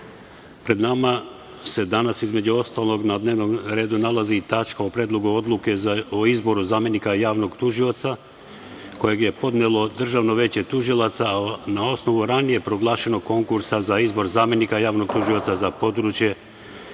nama se danas, između ostalog, na dnevnom redu nalazi i tačka o Predlogu odluke o izboru zamenika javnog tužioca, koje je podnelo Državno veće tužilaca, na osnovu ranije proglašenog konkursa za izbor zamenika javnog tužioca za područje